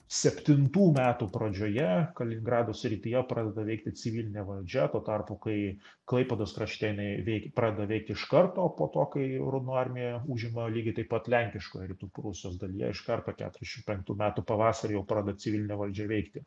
septintų metų pradžioje kaliningrado srityje pradeda veikti civilinė valdžia tuo tarpu kai klaipėdos krašte jinai veik pradeda veikti iš karto po to kai raudonoji armija užima lygiai taip pat lenkiškoj rytų prūsijos dalyje iš karto keturiašim penktų metų pavasarį jau pradeda civilinė valdžia veikti